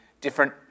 different